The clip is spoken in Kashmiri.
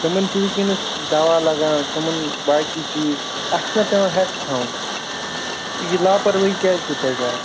تِمَن چھُ وٕنۍکٮ۪نَس دَوا لَگان تِمَن باقی چیٖز اَتھ چھُنہ پٮ۪وان ہٮ۪س تھاوُن یہِ لاپروٲہی کیٛازِ چھُو تُہۍ کَران